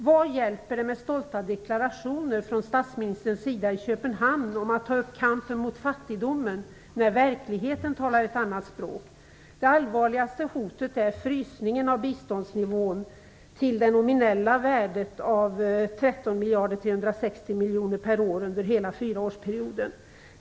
Vad hjälper det med stolta deklarationer från statsministerns sida i Köpenhamn om att ta upp kampen mot fattigdomen när verkligheten talar ett annat språk? Det allvarligaste hotet är frysningen av biståndsnivån till det nominella värdet av 13 miljarder 360 miljoner per år under hela fyraårsperioden.